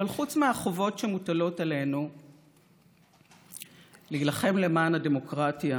אבל חוץ מהחובות שמוטלות עלינו להילחם למען הדמוקרטיה